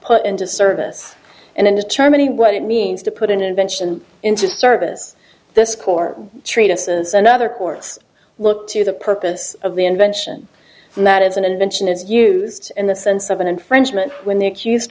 put into service and in determining what it means to put an invention into service the score treatises and other courts look to the purpose of the invention and that is an invention is used in the sense of an infringement when the accused